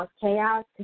chaos